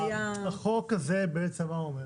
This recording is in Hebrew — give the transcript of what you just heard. החוק הזה בעצם מה הוא אומר?